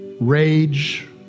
rage